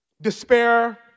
Despair